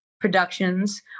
productions